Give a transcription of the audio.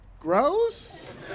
Gross